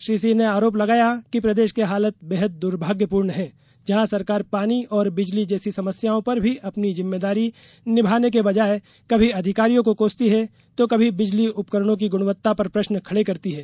श्री सिंह ने आरोप लगाया कि प्रदेश के हालात बेहद दुर्भाग्यपूर्ण है जहां सरकार पानी और बिजली जैसी समस्याओं पर भी अपनी जिम्मेदारी निभाने के बजाए कभी अधिकारियों को कोसती है तो कभी बिजली उपकरणों की ग्णवत्ता पर प्रश्न खड़े करती है